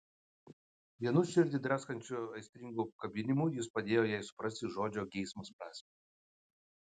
vienu širdį draskančiu aistringu apkabinimu jis padėjo jai suprasti žodžio geismas prasmę